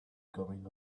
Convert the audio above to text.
going